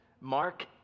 Mark